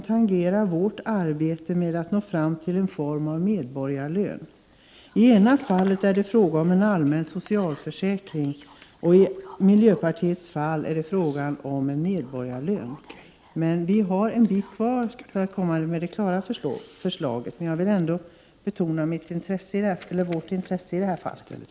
1988/89:41 vårt arbete med att nå fram till en form av medborgarlön. I motionen föreslås 8 december 1988 en allmän socialförsäkring, medan miljöpartiet verkar för en medborgarlön. Vi har dock ett stycke kvar innan vi kan lägga fram ett färdigt förslag. Jag vill ändå betona vårt intresse i det här fallet.